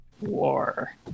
war